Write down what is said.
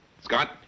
scott